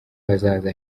hazaza